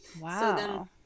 Wow